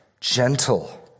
gentle